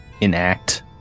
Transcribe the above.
enact